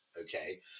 okay